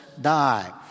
die